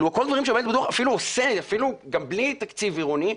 אלו כל הדברים שהבית הפתוח עושה גם בלי תקציב עירוני,